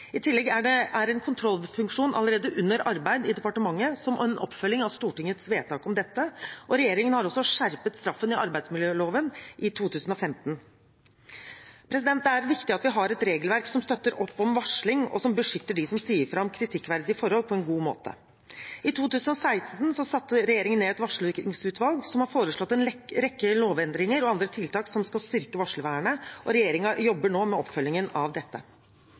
I tillegg er en kontrollfunksjon allerede under arbeid i departementet som oppfølging av Stortingets vedtak om dette. Regjeringen har også skjerpet straffen i arbeidsmiljøloven i 2015. Det er viktig at vi har et regelverk som støtter opp om varsling, og som beskytter dem som sier ifra om kritikkverdige forhold, på en god måte. I 2016 satte regjeringen ned et varslingsutvalg som har foreslått en rekke lovendringer og andre tiltak som skal styrke varslervernet. Regjeringen jobber nå med oppfølgingen av dette.